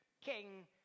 king